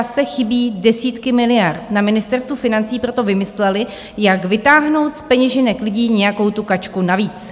Ve státní kase chybí desítky miliard, na Ministerstvu financí proto vymysleli, jak vytáhnout z peněženek lidí nějakou tu kačku navíc.